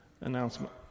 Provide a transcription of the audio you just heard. announcement